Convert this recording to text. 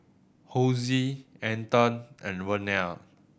Hosie Anton and Vernell